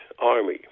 Army